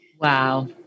Wow